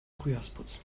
frühjahrsputz